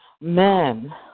men